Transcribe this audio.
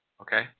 okay